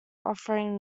offering